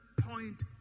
point